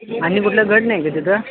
आणि कुठलं गड नाही का तिथं